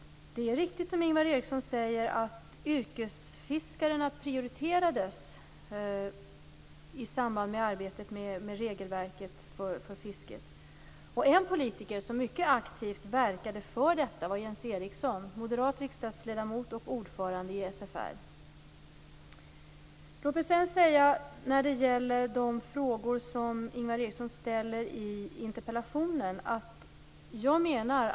Det är riktigt som Ingvar Eriksson säger, att yrkesfiskarna prioriterades i samband med arbetet med regelverket för fisket. En politiker som mycket aktivt verkade för detta var Jens Eriksson, moderat riksdagsledamot och ordförande i SFR. Ingvar Eriksson ställer ett antal frågor i interpellationen.